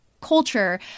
culture